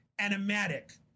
Animatic